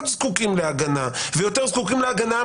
זקוקים להגנה והמעסיקים יותר זקוקים להגנה,